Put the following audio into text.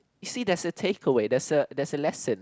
you see there's a takeaway there's a there's a lesson